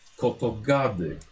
kotogady